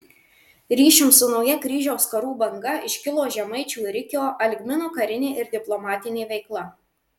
ryšium su nauja kryžiaus karų banga iškilo žemaičių rikio algmino karinė ir diplomatinė veikla